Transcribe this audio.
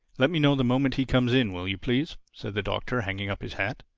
let me know the moment he comes in, will you, please? said the doctor, hanging up his hat.